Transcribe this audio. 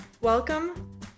welcome